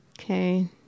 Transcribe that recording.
Okay